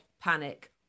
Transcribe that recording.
panic